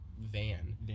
Van